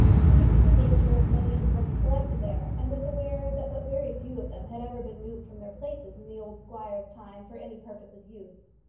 he knew the nature of many of the books collected there, and was aware that but very few of them had ever been moved from their places in the old squire's time for any purpose of use.